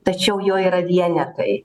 tačiau jo yra vienetai